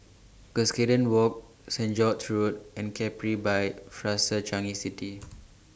Cuscaden Walk Saint George's Road and Capri By Fraser Changi City